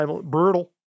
Brutal